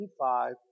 25